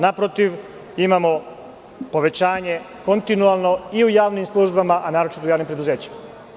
Naprotiv, imamo povećanje kontinualno i u javnim službama, a naročito u javnim preduzećima.